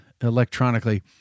electronically